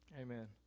Amen